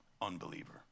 Unbeliever